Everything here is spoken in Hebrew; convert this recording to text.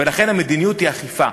ולכן, המדיניות היא אכיפה.